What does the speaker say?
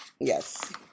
Yes